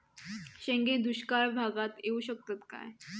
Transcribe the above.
शेंगे दुष्काळ भागाक येऊ शकतत काय?